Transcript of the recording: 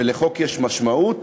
ולחוק יש משמעות,